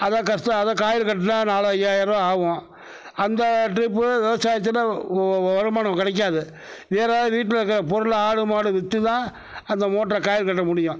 அதான் கஸ்ட்டம் அதான் காயில் கட்டினா நாலு ஐயாயருவா ஆகும் அந்த ட்ரிப்பு விவசாயம் உரமும் நமக்கு கிடைக்காது வேற வீட்டில் இருக்க பொருளை ஆடு மாடு விற்றுதான் அந்த மோட்டரை காயில் கட்ட முடியும்